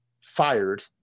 fired